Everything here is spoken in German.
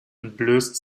entblößte